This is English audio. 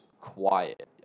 quiet